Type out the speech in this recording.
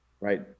right